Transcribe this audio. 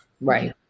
right